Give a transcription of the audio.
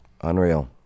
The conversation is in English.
Unreal